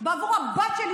בעבור הבת שלי,